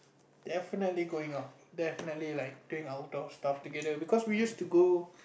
definitely going out definitely like doing outdoor stuff together because we used to go